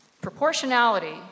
Proportionality